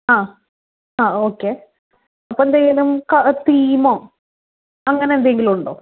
okay അപ്പോൾ എന്തെങ്കിലും തീമോ അങ്ങനെ എന്തെങ്കിലും ഉണ്ടോ